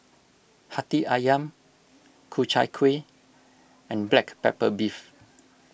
Hati Ayam Ku Chai Kueh and Black Pepper Beef